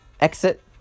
Exit